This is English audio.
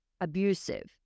abusive